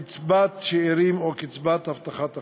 קצבת שאירים או קצבת הבטחת הכנסה.